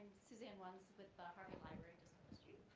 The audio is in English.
suzanne luns with the harvard library, just as